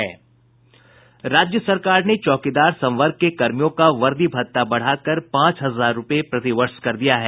राज्य सरकार ने चौकीदार संवर्ग के कर्मियों का वर्दी भत्ता को बढ़ाकर पांच हजार रुपये प्रतिवर्ष कर दिया है